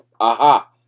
Aha